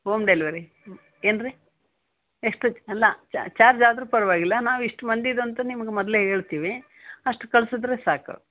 home delivery ಏನು ರೀ ಎಷ್ಟು ಎಲ್ಲ ಚ ಚಾರ್ಜ್ ಆದರೂ ಪರವಾಗಿಲ್ಲ ನಾವು ಇಷ್ಟು ಮಂದಿದ್ದು ಅಂತ ನಿಮಗೆ ಮೊದಲೇ ಹೇಳ್ತೀವಿ ಅಷ್ಟು ಕಳ್ಸಿದ್ರೆ ಸಾಕು